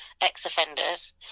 ex-offenders